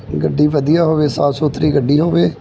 ਗੱਡੀ ਵਧੀਆ ਹੋਵੇ ਸਾਫ਼ ਸੁਥਰੀ ਗੱਡੀ ਹੋਵੇ